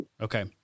Okay